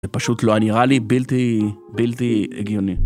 זה פשוט לא נראה לי בלתי, בלתי הגיוני.